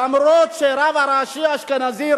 אף-על-פי שהרב הראשי האשכנזי,